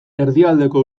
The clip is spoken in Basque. erdialdeko